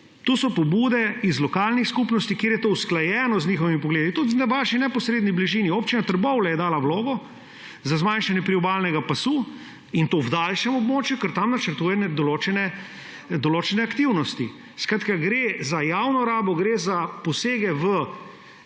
To so pobude iz lokalnih skupnosti, kjer je to usklajeno z njihovimi pogledi. Tudi v vaši neposredni bližini. Občina Trbovlje je dala vlogo za zmanjšanje priobalnega pasu, in to v daljšem območju, ker tam načrtuje določene aktivnosti. Gre torej za javno rabo, gre za posege v